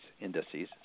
indices